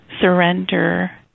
surrender